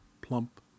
plump